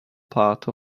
part